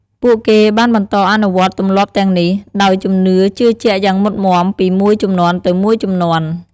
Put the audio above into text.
ពួកគេបានបន្តអនុវត្តទម្លាប់ទាំងនេះដោយជំនឿជឿជាក់យ៉ាងម៉ុតមាំពីមួយជំនាន់ទៅមួយជំនាន់។